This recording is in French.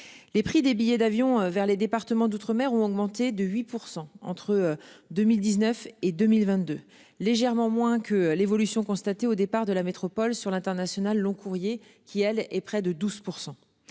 Les prix des billets d'avion vers les départements d'outre-mer ont augmenté de 8% entre 2019 et 2022, légèrement moins que l'évolution constatée au départ de la métropole, sur l'international long-courriers qui elle est près de 12%.